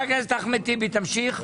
טיבי, תמשיך.